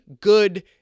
good